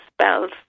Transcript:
spells